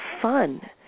fun